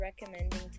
recommending